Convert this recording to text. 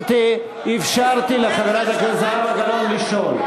אפשרתי לחברת הכנסת זהבה גלאון לשאול.